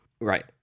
Right